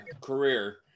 career